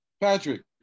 Patrick